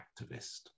activist